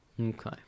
Okay